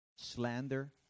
Slander